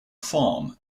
farm